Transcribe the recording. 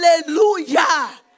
Hallelujah